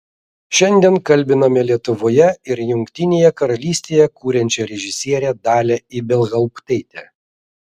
šiandien kalbiname lietuvoje ir jungtinėje karalystėje kuriančią režisierę dalią ibelhauptaitę